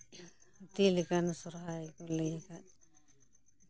ᱦᱟᱹᱛᱤ ᱞᱮᱠᱟᱱ ᱥᱚᱦᱨᱟᱭ ᱠᱚ ᱞᱟᱹᱭ ᱟᱠᱟᱫ